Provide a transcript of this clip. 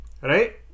right